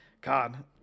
God